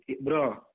Bro